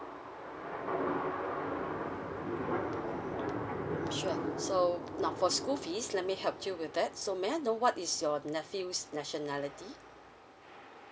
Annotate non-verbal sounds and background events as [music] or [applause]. [noise] sure so now for school fees let me help you with it so may I know what is your nephew is nationality